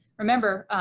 remember,